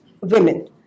women